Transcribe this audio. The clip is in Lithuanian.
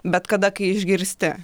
bet kada kai išgirsti